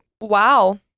Wow